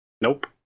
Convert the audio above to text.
Nope